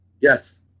Yes